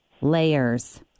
Layers